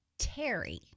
Terry